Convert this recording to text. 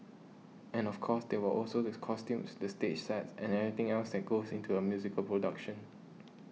and of course there were also this costumes the stage sets and everything else that goes into a musical production